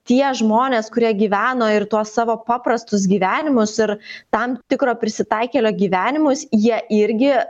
tie žmonės kurie gyveno ir tuos savo paprastus gyvenimus ir tam tikro prisitaikėlio gyvenimus jie irgi